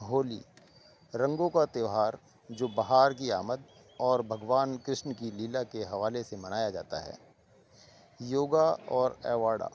ہولی رنگوں کا تیوہار جو بہار کی آمد اور بھگوان کرشن کی لیلا کے حوالے سے منایا جاتا ہے یوگا اور ایواڈا